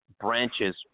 branches